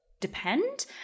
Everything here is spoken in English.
depend